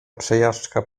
przejażdżka